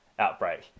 outbreak